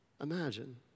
Imagine